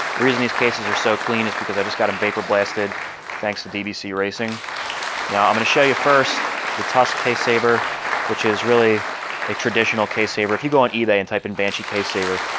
the reason these cases are so clean is because i just got them vapor blasted thanks to dbc racing now i'm going to show you first the tusk case saver which is really a traditional case saver if you go on ebay and type in banshee case saver,